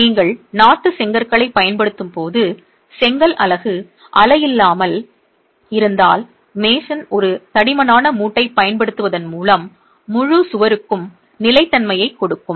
நீங்கள் நாட்டுச் செங்கற்களைப் பயன்படுத்தும் போது செங்கல் அலகு அலையில்லாமல் இருந்தால் மேசன் ஒரு தடிமனான மூட்டைப் பயன்படுத்துவதன் மூலம் முழு சுவருக்கும் நிலைத்தன்மையைக் கொடுக்கும்